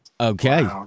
Okay